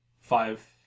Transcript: Five